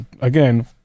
again